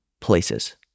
places